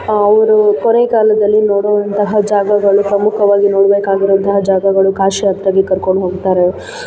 ಅವರು ಕೊನೆಗಾಲದಲ್ಲಿ ನೋಡುವಂತಹ ಜಾಗಗಳು ಪ್ರಮುಖವಾಗಿ ನೋಡಬೇಕಾಗಿರುವಂತಹ ಜಾಗಗಳು ಕಾಶಿಯಾತ್ರೆಗೆ ಕರ್ಕೊಂಡು ಹೋಗ್ತಾರೆ